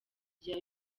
rya